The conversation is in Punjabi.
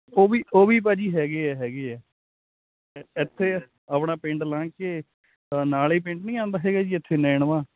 ਉਹ ਵੀ ਉਹ ਵੀ ਭਾਅ ਜੀ ਹੈਗੇ ਆ ਹੈਗੇ ਆ ਇੱਥੇ ਆਪਣਾ ਪਿੰਡ ਲੰਘ ਕੇ ਨਾਲ ਹੀ ਪਿੰਡ ਨਹੀਂ ਆਉਂਦਾ ਹੈਗਾ ਜੀ ਇੱਥੇ ਨੈਣਵਾਂ